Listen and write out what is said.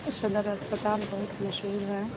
شنر اسپتال بہت مشہور ہے